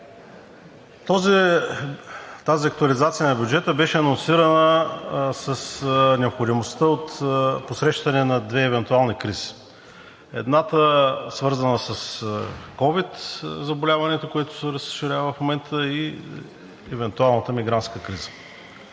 Тази актуализация на бюджета беше анонсирана с необходимостта от посрещане на две евентуални кризи – едната, свързана с ковид заболяването, което се разширява в момента, и с евентуалната мигрантска криза.